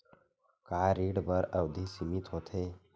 का ऋण बर अवधि सीमित होथे?